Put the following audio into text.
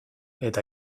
eta